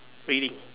reading